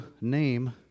name